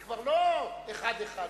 זה כבר לא אחד אחד.